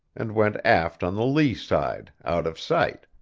and went aft on the lee side, out of sight.